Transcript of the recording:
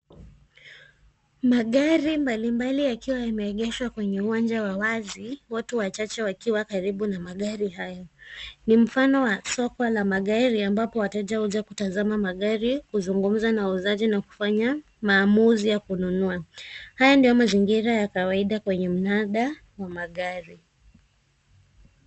Magari mbalimbali yakiwa yameegeshwa kwenye uwanja wa wazi watu wachache wakiwa karibu na magari hayo. Ni mfano wa soko la magari ambapo wateja huja kutazama magari, kuzungumza na wauzaji na kufanya maamuzi ya kununua. Haya ndiyo mazingira ya kawaida kwenye mnada wa magari.